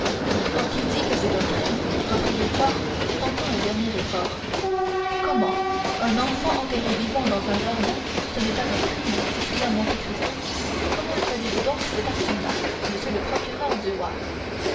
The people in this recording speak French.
qui dit que c'est un crime reprit villefort tentant un dernier effort comment un enfant enterré vivant dans un jardin ce n'est pas un crime s'écria monte cristo comment appelez-vous donc cette action là monsieur le procureur du roi